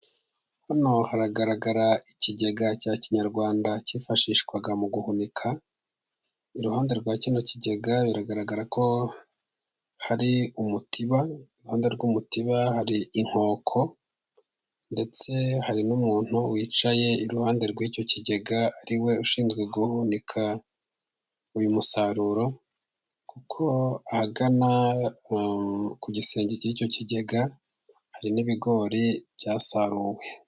Hano haragaragara ikigega cya kinyarwanda cyifashishwaga mu guhunika. Iruhande rwa kino kigega biragaragara ko hari umutiba. Iruhande rw'umutiba hari inkoko, ndetse hari n'umuntu wicaye iruhande rw'icyo kigega, ariwe ushinzwe guhunika uyu musaruro, kuko ahagana ku gisenge cy'icyo kigega hari n'ibigori byasaruwe.